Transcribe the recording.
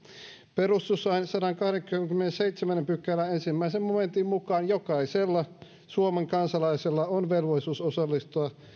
perustuslain sadannenkahdennenkymmenennenseitsemännen pykälän ensimmäisen momentin mukaan jokaisella suomen kansalaisella on velvollisuus osallistua